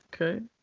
Okay